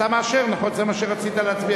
רבותי, 14 בעד, 35 נגד,